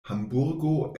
hamburgo